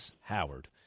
howard